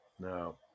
no